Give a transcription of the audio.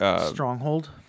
stronghold